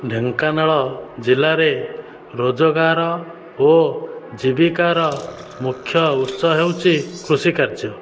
ଢେଙ୍କାନାଳ ଜିଲ୍ଲାରେ ରୋଜଗାର ଓ ଜୀବିକାର ମୁଖ୍ୟ ଉତ୍ସ ହେଉଛି କୃଷି କାର୍ଯ୍ୟ